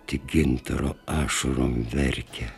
tik gintaro ašarom verkia